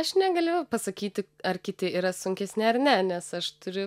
aš negaliu pasakyti ar kiti yra sunkesni ar ne nes aš turiu